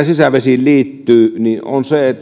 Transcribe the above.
sisävesiin liittyy